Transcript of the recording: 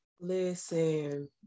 Listen